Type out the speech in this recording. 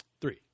Three